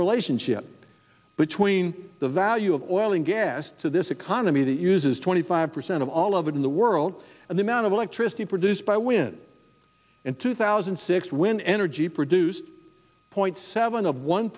relationship between the value of oil and gas to this economy that uses twenty five percent of all of it in the world and the amount of electricity produced by win in two thousand and six when energy produced point seven of one